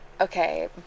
Okay